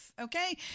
okay